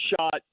shot